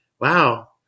wow